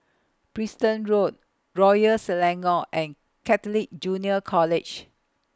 Preston Road Royal Selangor and Catholic Junior College